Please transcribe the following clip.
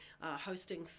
hosting